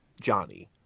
johnny